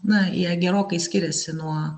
na jie gerokai skiriasi nuo